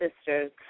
sisters